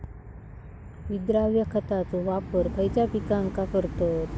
विद्राव्य खताचो वापर खयच्या पिकांका करतत?